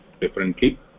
differently